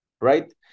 right